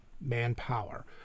manpower